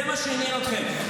זה מה שעניין אתכם.